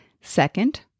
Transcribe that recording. Second